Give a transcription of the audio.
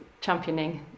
championing